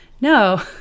no